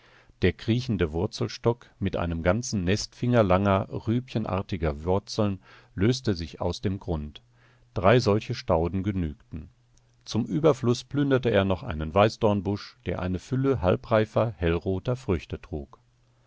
der kriechende wurzelstock mit einem ganzen nest fingerlanger rübchenartiger wurzeln löste sich aus dem grund drei solche stauden genügten zum überfluß plünderte er noch einen weißdornbusch der eine fülle halbreifer hellroter früchte trug